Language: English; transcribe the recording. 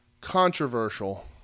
controversial